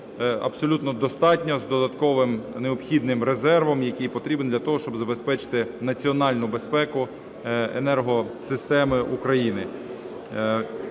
абсолютно достатньо, з додатковим необхідним резервом, який потрібний для того, щоб забезпечити національну безпеку енергосистеми України.